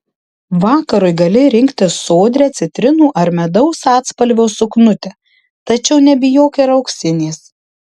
vakarui gali rinktis sodrią citrinų ar medaus atspalvio suknutę tačiau nebijok ir auksinės